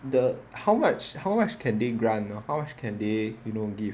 the how much how much can they grant how much can they you know give